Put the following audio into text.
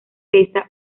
pesa